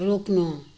रोक्नु